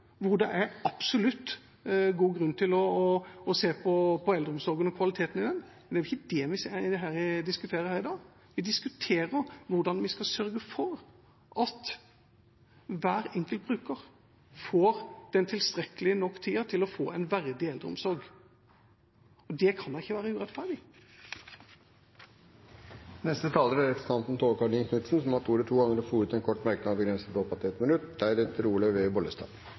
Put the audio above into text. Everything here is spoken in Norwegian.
hvor det absolutt er god grunn til å se på eldreomsorgen og kvaliteten av den. Men det er ikke det vi diskuterer her i dag. Vi diskuterer hvordan vi skal sørge for at hver enkelt bruker får tilstrekkelig med tid til å få en verdig eldreomsorg. Det kan da ikke være urettferdig. Representanten Tove Karoline Knutsen har hatt ordet to ganger tidligere og får ordet til en kort merknad, begrenset til 1 minutt. Svar til